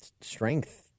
strength